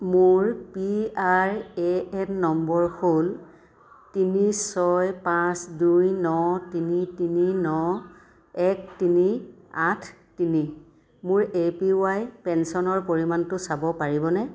মোৰ P R A N নম্বৰ হ'ল তিনি ছয় পাঁচ দুই ন তিনি তিনি ন এক তিনি আঠ তিনি মোৰ এ পি ৱাই পেঞ্চনৰ পৰিমাণটো চাব পাৰিবনে